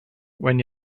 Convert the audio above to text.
when